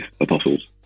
apostles